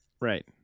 Right